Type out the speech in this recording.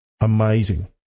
Amazing